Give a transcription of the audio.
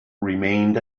remained